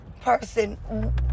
person